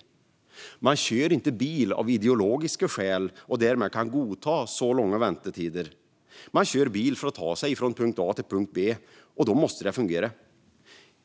Det är inte så att man kör bil av ideologiska skäl och därmed kan godta så långa väntetider. Man kör bil för att ta sig från punkt A till punkt B, och då måste det fungera.